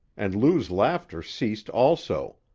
and lou's laughter ceased also,